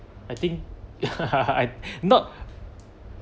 I think not